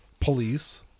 police